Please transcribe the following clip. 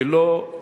ולא,